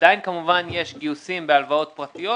עדין כמובן יש גיוסים בהלוואות פרטיות